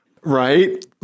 right